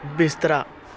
ਬਿਸਤਰਾ